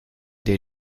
der